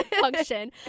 function